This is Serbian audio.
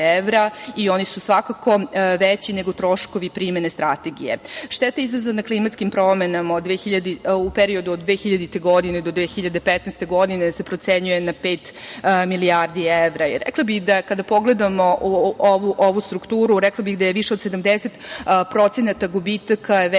i oni su svakako veći nego troškove primene strategije. Šteta izazvana klimatskim promenama u periodu od 2000. do 2015. godine se procenjuje na pet milijardi evra. Kada pogledamo ovu strukturu rekla bih da je više od 70% gubitaka vezano